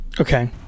Okay